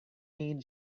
need